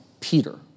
Peter